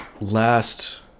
Last